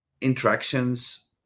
interactions